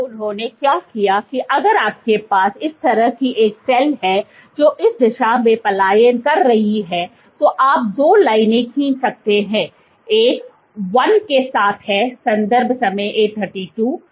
अब उन्होंने क्या किया की अगर आपके पास इस तरह की एक सेल है जो इस दिशा में पलायन कर रही है तो आप दो लाइनें खींच सकते हैं एक 1 के साथ हैसंदर्भ समय 0832